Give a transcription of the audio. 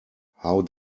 how